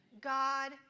God